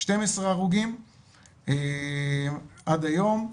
12 הרוגים עד היום,